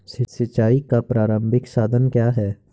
सिंचाई का प्रारंभिक साधन क्या है?